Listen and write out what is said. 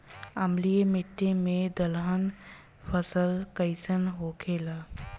अम्लीय मिट्टी मे दलहन फसल कइसन होखेला?